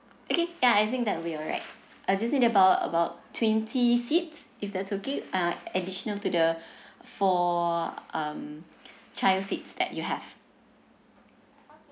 okay ya I think that will be aright I just need in about about twenty seats if that's okay uh additional to the four um child seats that you have